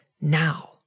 now